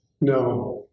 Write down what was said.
No